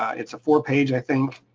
it's a four page, i think,